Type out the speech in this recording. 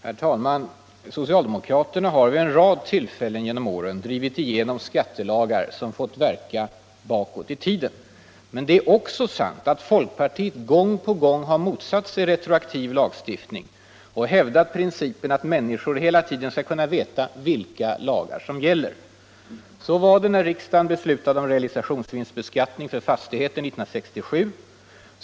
Herr talman! Socialdemokraterna har vid en rad tillfällen genom åren drivit igenom skattelagar som fått verkan bakåt i tiden. Men det är också sant att folkpartiet gång på gång motsatt sig retroaktiv lagstiftning och hävdat principen att människor hela tiden skall kunna veta vilka lagar som gäller. Så var det när riksdagen beslutade om realisationsvinstbeskattning för fastigheter 1967.